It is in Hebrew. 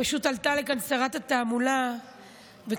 פשוט עלתה לכאן שרת התעמולה וכמובן